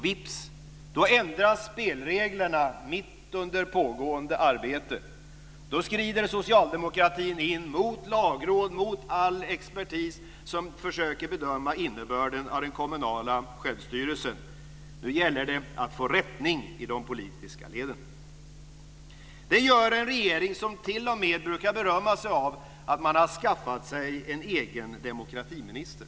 Vips ändras spelreglerna mitt under pågående arbete. Då skrider socialdemokraterna in mot Lagrådet och all expertis som försöker bedöma innebörden av den kommunala självstyrelsen. Nu gäller det att få rättning i de politiska leden. Det gör en regering som t.o.m. brukar berömma sig av att man har skaffat sig en egen demokratiminister.